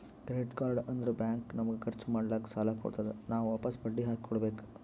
credit card ಅಂದುರ್ bank ನಮಗ ಖರ್ಚ್ ಮಾಡ್ಲಾಕ್ ಸಾಲ ಕೊಡ್ತಾದ್, ನಾವ್ ವಾಪಸ್ ಬಡ್ಡಿ ಹಾಕಿ ಕೊಡ್ಬೇಕ